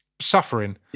suffering